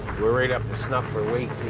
we're right up to snuff for weight